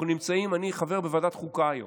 אני חבר בוועדת החוקה היום.